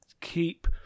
keep